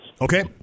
Okay